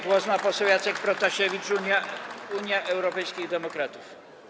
Głos ma poseł Jacek Protasiewicz, Unia Europejskich Demokratów.